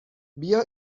بیا